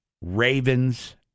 Ravens